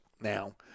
now